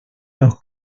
los